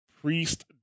Priest